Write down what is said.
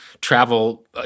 travel